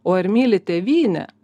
o ar myli tėvynę